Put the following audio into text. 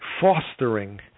fostering